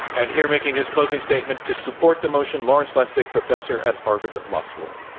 and here making his closing statement to support the motion, lawrence lessig, professor at harvard law school.